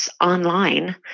Online